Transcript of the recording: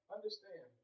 Understand